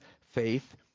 faith